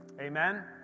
Amen